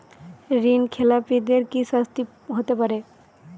ঋণ খেলাপিদের কি শাস্তি হতে পারে?